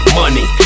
money